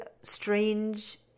strange